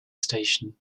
station